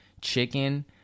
chicken